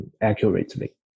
accurately